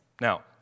Now